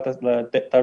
ב-18